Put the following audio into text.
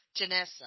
Janessa